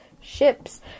ships